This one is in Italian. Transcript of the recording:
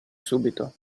subito